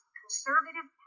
conservative